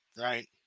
right